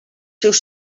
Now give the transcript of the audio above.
seus